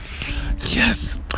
Yes